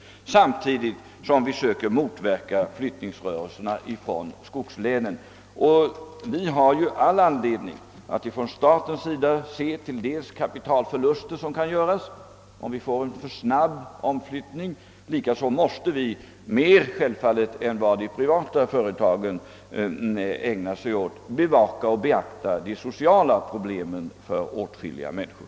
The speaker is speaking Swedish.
Samtidigt försöker vi motverka flyttningsrörelserna från skogslänen. Från statens sida har vi all anledning att uppmärk samma de kapitalförluster som kan göras om omflyttningen blir för snabb. Likaså måste staten mer än de privata företagen bevaka och beakta de sociala problemen för åtskilliga människor.